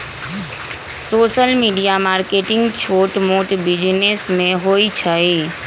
social media marketing छोट मोट business में होई छई